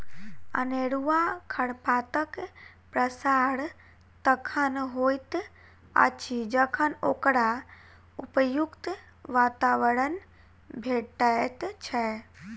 अनेरूआ खरपातक प्रसार तखन होइत अछि जखन ओकरा उपयुक्त वातावरण भेटैत छै